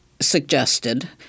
suggested